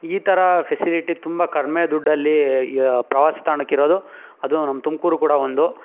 ಈ ಥರ ಫೆಸಿಲಿಟಿ ತುಂಬ ಕಡಿಮೆ ದುಡ್ಡಲ್ಲಿ ಪ್ರವಾಸಿ ತಾಣಕ್ಕೆ ಇರೋದು ಅದು ನಮ್ಮ ತುಮಕೂರು ಕೂಡ ಒಂದು